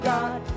God